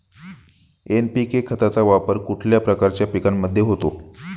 NPK खताचा वापर कुठल्या प्रकारच्या पिकांमध्ये होतो?